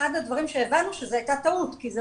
אחד הדברים שהבנו שהייתה טעות כי זה